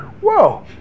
Whoa